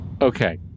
Okay